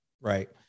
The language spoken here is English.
right